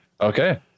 Okay